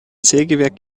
sägewerk